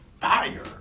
fire